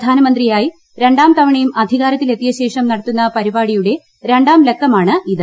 പ്രധാനമന്ത്രിയായി രണ്ടാംതവണയും അധികാരത്തിൽ എത്തിയശേഷം നടത്തുന്ന പരിപാടിയുടെ രണ്ടാംലക്കമാണ് ഇത്